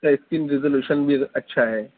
اس کا screen resolution بھی اچھا ہے